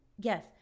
Yes